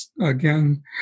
again